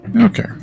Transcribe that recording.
Okay